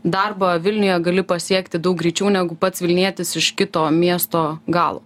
darbą vilniuje gali pasiekti daug greičiau negu pats vilnietis iš kito miesto galo